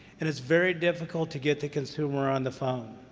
and it's very difficult to get the consumer on the phone.